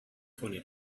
twenty